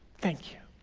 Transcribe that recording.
thank you.